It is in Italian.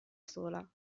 sola